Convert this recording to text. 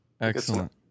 excellent